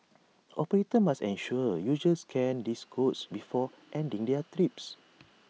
operators must ensure users scan these codes before ending their trips